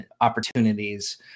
opportunities